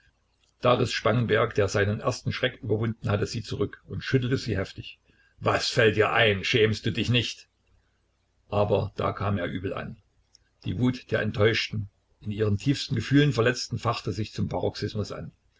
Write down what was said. da riß spangenberg der seinen ersten schreck überwunden hatte sie zurück und schüttelte sie heftig was fällt dir ein schämst du dich nicht aber da kam er übel an die wut der enttäuschten in ihren tiefsten gefühlen verletzten fachte sich zum paroxismus an